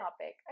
topic